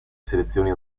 selezioni